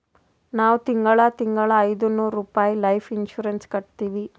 ನಾವ್ ತಿಂಗಳಾ ತಿಂಗಳಾ ಐಯ್ದನೂರ್ ರುಪಾಯಿ ಲೈಫ್ ಇನ್ಸೂರೆನ್ಸ್ ಕಟ್ಟತ್ತಿವಿ